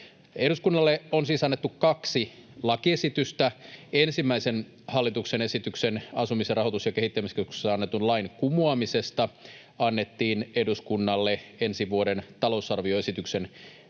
Eduskunnalle on siis annettu kaksi lakiesitystä: ensimmäinen hallituksen esitys asumisen rahoitus- ja kehittämiskeskuksesta annetun lain kumoamisesta annettiin eduskunnalle ensi vuoden talousarvioesityksen